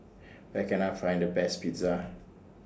Where Can I Find The Best Pizza